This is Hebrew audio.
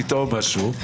לטעום משהו.